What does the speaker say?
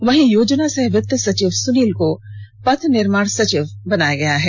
वहीं योजना सह वित्त सचिव सुनील को पथ निर्माण सचिव बनाया गया है